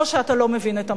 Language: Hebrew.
או שאתה לא מבין את המצב.